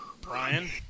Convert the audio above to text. Brian